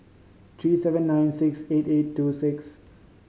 three seven nine six eight eight two six